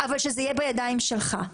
אבל שזה יהיה בידיים שלך,